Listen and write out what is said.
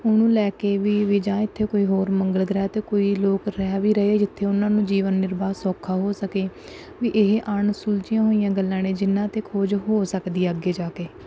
ਉਹਨੂੰ ਲੈ ਕੇ ਵੀ ਵੀ ਜਾਂ ਇੱਥੇ ਕੋਈ ਹੋਰ ਮੰਗਲ ਗ੍ਰਹਿ 'ਤੇ ਕੋਈ ਲੋਕ ਰਹਿ ਵੀ ਰਹੇ ਆ ਜਿੱਥੇ ਉਹਨਾਂ ਨੂੰ ਜੀਵਨ ਨਿਰਬਾਹ ਸੌਖਾ ਹੋ ਸਕੇ ਵੀ ਇਹ ਅਣਸੁਲਝੀਆਂ ਹੋਈਆਂ ਗੱਲਾਂ ਨੇ ਜਿਨ੍ਹਾਂ 'ਤੇ ਖੋਜ ਹੋ ਸਕਦੀ ਆ ਅੱਗੇ ਜਾ ਕੇ